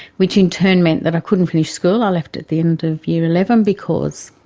which in turn meant that i couldn't finish school. i left at the end of year eleven because